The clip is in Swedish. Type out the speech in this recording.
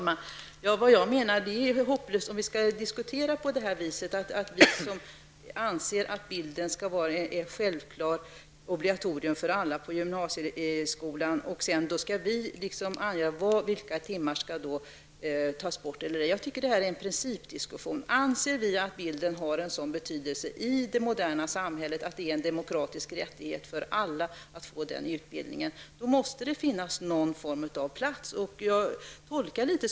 Herr talman! Jag menar att det är hopplöst om vi skall diskutera på det här viset, att vi som anser att bilden skall vara ett obligatorium för alla på gymnasieskolan skall ange vilka timmar som då skall tas bort. Jag tycker att detta är en principdiskussion. Anser vi att bilden har en sådan betydelse i det moderna samhället att det är en demokratisk rättighet för alla att få den utbildningen måste det också finnas plats för den.